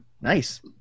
nice